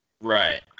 Right